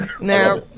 Now